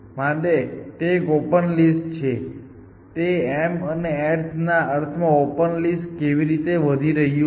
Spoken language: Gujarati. માટે તે એક ઓપન લિસ્ટ છે તે m અને n ના અર્થમાં ઓપન લિસ્ટ કેવી રીતે વધી રહ્યું છે